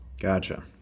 Gotcha